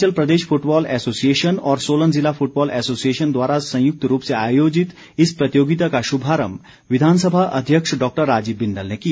Himachal Pradesh football association और सोलन जिला football association द्वारा संयुक्त रूप से आयोजित इस प्रतियोगिता का शुभारम्भ विधानसभा अध्यक्ष डॉक्टर राजीव बिंदल ने किया